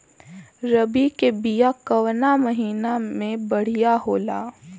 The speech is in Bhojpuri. रबी के बिया कवना महीना मे बढ़ियां होला?